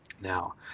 Now